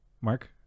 Mark